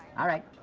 all right,